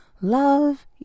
love